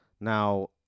Now